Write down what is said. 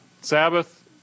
Sabbath